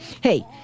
hey